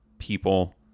people